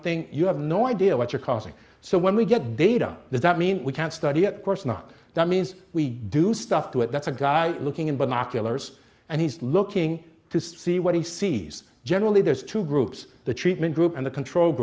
thing you have no idea what you're causing so when we get data does that mean we can't study of course not that means we do stuff to it that's a guy looking in binoculars and he's looking to see what he sees generally there's two groups the treatment group and the control